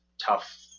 tough